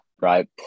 Right